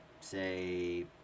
say